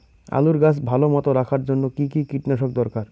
আলুর গাছ ভালো মতো রাখার জন্য কী কী কীটনাশক দরকার?